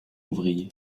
ouvrier